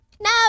No